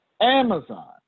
Amazon